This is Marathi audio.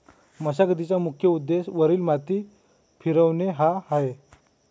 मशागतीचा मुख्य उद्देश वरील माती फिरवणे हा आहे